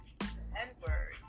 n-word